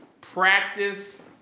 Practice